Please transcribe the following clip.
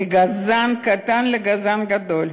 מגזען קטן לגזען גדול.